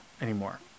anymore